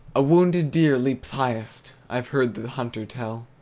a wounded deer leaps highest, i've heard the hunter tell